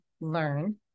learn